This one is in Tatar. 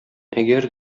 әгәр